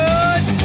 Good